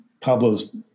pablo's